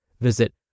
Visit